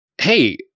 hey